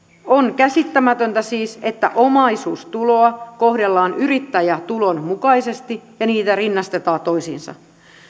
on siis käsittämätöntä että omaisuustuloa kohdellaan yrittäjätulon mukaisesti ja niitä rinnastetaan toisiinsa